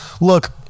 Look